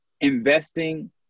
Investing